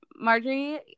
Marjorie